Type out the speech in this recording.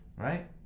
right